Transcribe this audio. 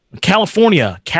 California